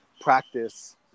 practice